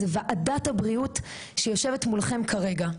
זאת ועדת הבריאות שיושבת מולכם כרגע.